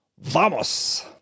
Vamos